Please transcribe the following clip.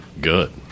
good